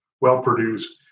well-produced